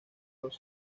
los